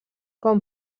com